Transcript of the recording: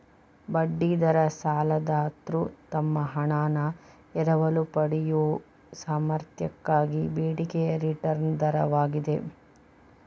ಬಡ್ಡಿ ದರ ಸಾಲದಾತ್ರು ತಮ್ಮ ಹಣಾನ ಎರವಲು ಪಡೆಯಯೊ ಸಾಮರ್ಥ್ಯಕ್ಕಾಗಿ ಬೇಡಿಕೆಯ ರಿಟರ್ನ್ ದರವಾಗಿದೆ